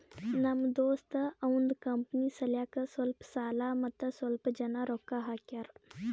ನಮ್ ದೋಸ್ತ ಅವಂದ್ ಕಂಪನಿ ಸಲ್ಯಾಕ್ ಸ್ವಲ್ಪ ಸಾಲ ಮತ್ತ ಸ್ವಲ್ಪ್ ಜನ ರೊಕ್ಕಾ ಹಾಕ್ಯಾರ್